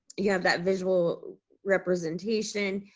you have that visual representation.